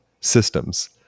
systems